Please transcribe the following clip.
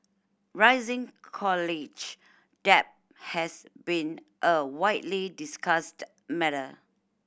rising college debt has been a widely discussed matter